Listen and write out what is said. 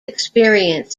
experience